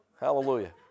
Hallelujah